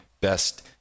best